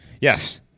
yes